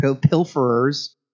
pilferers